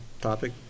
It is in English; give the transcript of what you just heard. topic